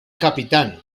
capitán